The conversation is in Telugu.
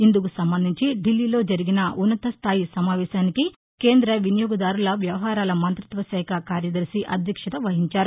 ఇందుకు సంబంధించి దిల్లీలో జరిగిన ఉన్నతస్దాయి సమావేశానికి కేంద్ర వినియోగదారుల వ్యవహారాల మంత్రిత్వ శాఖ కార్యదర్శి అధ్యక్షత వహించారు